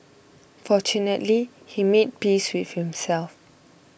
fortunately he made peace with himself